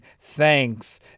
thanks